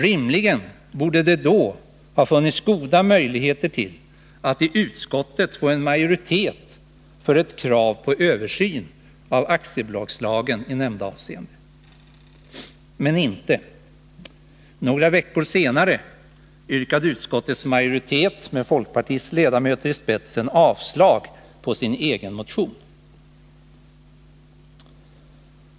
Rimligen borde det då ha funnits goda möjligheter att i utskottet få majoritet för ett krav på översyn av aktiebolagslagen i nämnda avseende. Men inte. Några veckor senare yrkade utskottets majoritet med folkpartiets ledamöter i spetsen avslag på sin egen motion.